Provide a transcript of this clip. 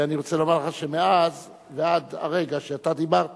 ואני רוצה לומר לך שמאז ועד הרגע שאתה דיברת